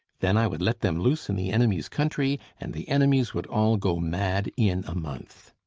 then i would let them loose in the enemy's country, and the enemies would all go mad in a month.